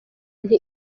nti